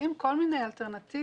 מוצאים כל מיני אלטרנטיבות.